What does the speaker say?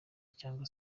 cyangwa